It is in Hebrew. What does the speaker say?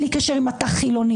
בלי קשר אם אתה חילוני.